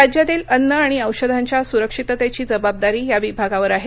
राज्यातील अन्न आणि औषधांच्या सुरक्षिततेची जबाबदारी या विभागावर आहे